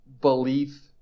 belief